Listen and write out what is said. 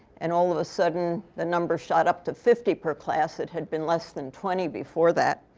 and all of a sudden, the numbers shot up to fifty per class, that had been less than twenty before that.